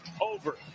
over